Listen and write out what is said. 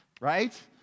right